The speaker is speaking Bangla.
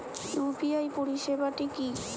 ইউ.পি.আই পরিসেবাটা কি?